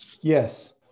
Yes